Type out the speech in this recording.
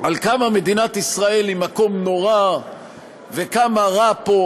על כמה מדינת ישראל היא מקום נורא וכמה רע פה